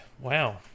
Wow